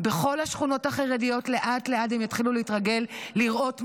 בכל השכונות החרדיות לאט-לאט הם יתחילו להתרגל לראות מדים,